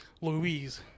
Louise